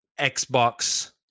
Xbox